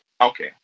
okay